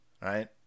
Right